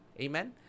Amen